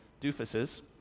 doofuses